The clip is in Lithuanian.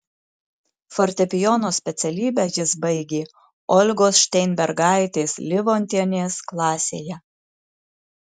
fortepijono specialybę jis baigė olgos šteinbergaitės livontienės klasėje